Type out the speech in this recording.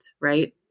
right